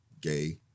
gay